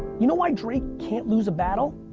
you know why drake can't lose a battle?